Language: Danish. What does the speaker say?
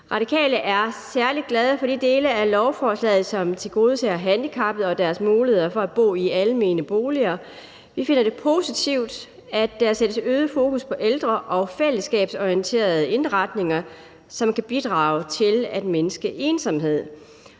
Radikale er særlig glade for de dele af lovforslaget, som tilgodeser handicappede og deres muligheder for at bo i almene boliger. Vi finder det positivt, at der sættes øget fokus på ældre- og fællesskabsorienterede indretninger, som kan bidrage til at mindske ensomhed.